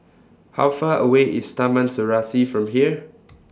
How Far away IS Taman Serasi from here